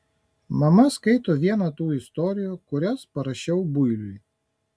mama skaito vieną tų istorijų kurias parašiau builiui